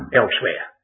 elsewhere